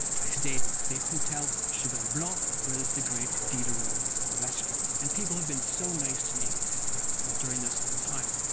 i stayed at the hotel le cheval blanc, where there's the great diderot restaurant. and people have been so nice to me during this whole time.